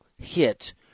hit